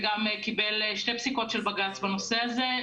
זה גם קיבל שתי פסיקות של בג"ץ בנושא הזה,